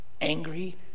angry